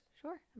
Sure